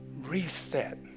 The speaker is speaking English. reset